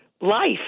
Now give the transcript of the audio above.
life